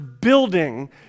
building